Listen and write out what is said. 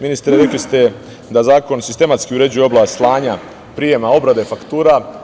Ministre, rekli ste da zakon sistematski uređuje oblast slanja, prijema, obrade faktura.